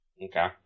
Okay